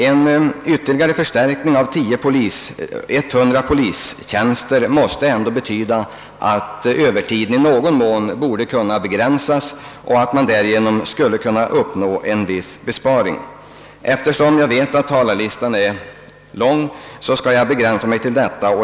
En ytterligare förstärkning med 100 polistjänster måste ändå betyda att övertiden i någon mån kan begränsas och att man därigenom uppnår en viss besparing. Eftersom jag vet att talarlistan är lång skall jag begränsa mig till detta.